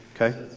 Okay